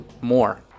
more